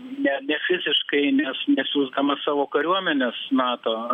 ne ne fiziškai nes nesiųsdama savo kariuomenės nato